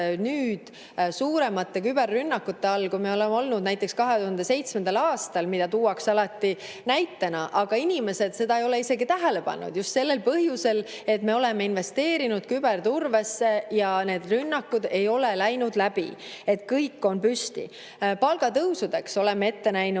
nüüd suuremate küberrünnakute all, kui me olime 2007. aastal, mida tuuakse alati näitena, aga inimesed ei ole seda isegi tähele pannud just sellel põhjusel, et me oleme investeerinud küberturbesse ja need rünnakud ei ole läinud läbi, kõik on püsti. Palgatõusudeks oleme ette näinud